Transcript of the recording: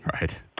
right